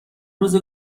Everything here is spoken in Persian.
روز